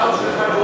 בחוק שלך,